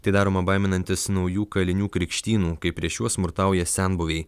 tai daroma baiminantis naujų kalinių krikštynų kai prieš juos smurtauja senbuviai